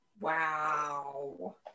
Wow